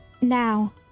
Now